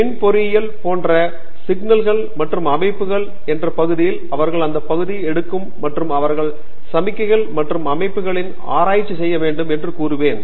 மின் பொறியியல் போன்ற சிக்னல்கள் மற்றும் அமைப்புகள் என்று பகுதியில் அவர்கள் அந்த பகுதி எடுக்கும் மற்றும் அவர்கள் சமிக்ஞைகள் மற்றும் அமைப்புகளில் ஆராய்ச்சி செய்ய வேண்டும் என்று கூறுவேன்